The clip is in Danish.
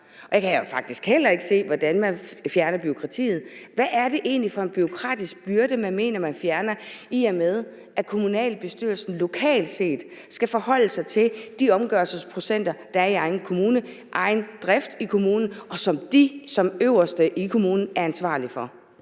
Jeg kan faktisk heller ikke se, hvordan man fjerner bureaukrati. Hvad er det egentlig for en bureaukratisk byrde, man mener man fjerner, i og med at kommunalbestyrelsen lokalt set skal forholde sig til de omgørelsesprocenter, der er i egen kommune, og til deres egen drift i kommunen, og som de som de øverste i kommunen er ansvarlige for?